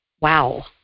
Wow